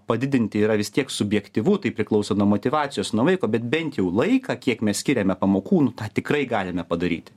padidinti yra vis tiek subjektyvu tai priklauso nuo motyvacijos nuo vaiko bet bent jau laiką kiek mes skiriame pamokų tą tikrai galime padaryti